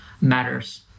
matters